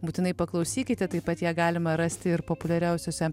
būtinai paklausykite taip pat ją galima rasti ir populiariausiose